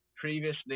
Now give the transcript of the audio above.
previously